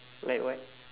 like what